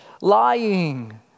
lying